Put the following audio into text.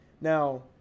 Now